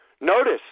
Notice